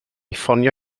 ffonio